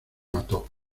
mató